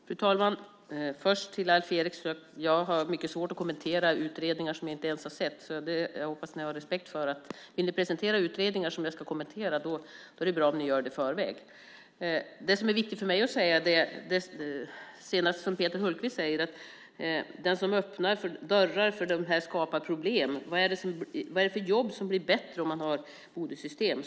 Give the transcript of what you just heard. Fru talman! Till Alf Eriksson vill jag säga att jag har mycket svårt att kommentera utredningar som jag inte ens har sett. Jag hoppas att ni har respekt för det. Om ni vill presentera utredningar som jag ska kommentera är det bra om ni gör det i förväg. Peter Hultqvist säger att den som öppnar dörrar för det här skapar problem och frågar vad det är för jobb som blir bättre om man har bonussystem.